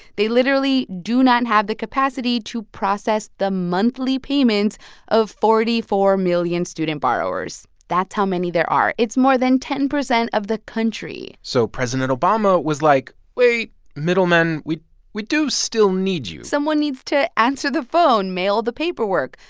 they literally do not have the capacity to process the monthly payments of forty four million student borrowers. that's how many there are. it's more than ten percent of the country so president obama was like, wait middlemen, we we do still need you someone needs to answer the phone, mail the paperwork,